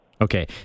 Okay